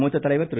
மூத்ததலைவர் திரு